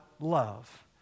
love